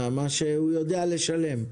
מה שהוא יודע לשלם,